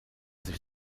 sich